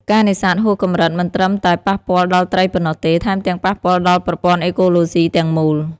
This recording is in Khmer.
ការនេសាទហួសកម្រិតមិនត្រឹមតែប៉ះពាល់ដល់ត្រីប៉ុណ្ណោះទេ ថែមទាំងប៉ះពាល់ដល់ប្រព័ន្ធអេកូឡូស៊ីទាំងមូល។